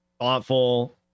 thoughtful